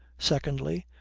secondly,